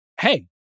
hey